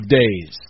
days